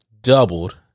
doubled